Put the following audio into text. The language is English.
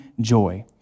joy